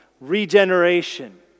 regeneration